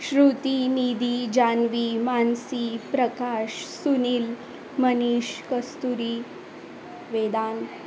Shruti Nidhi Janvi Mansi Prakash Sunil Manish Kasturi Vedan